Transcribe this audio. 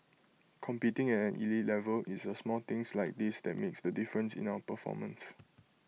competing at an elite level it's the small things like this that makes the difference in our performance